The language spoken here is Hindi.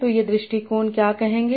तो ये दृष्टिकोण क्या कहेंगे